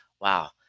wow